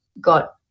got